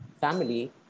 family